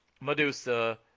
Medusa